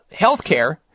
healthcare